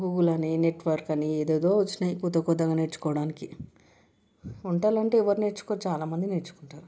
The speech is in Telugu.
గూగుల్ అని నెట్వర్క్ అని ఏదేదో వచ్చినాయి కొత్త కొత్తగా నేర్చుకోవడానికి వంటలు అంటే ఎవరు నేర్చుకోరు చాలామంది నేర్చుకుంటారు